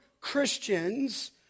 Christians